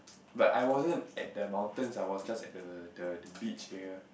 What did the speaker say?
but I wasn't at the mountains I was just at the the the beach area